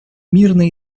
мирное